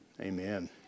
Amen